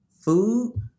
food